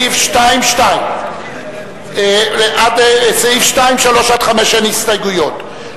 לסעיף 2(2). לסעיף 2(3) עד (5) אין הסתייגויות.